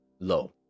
Low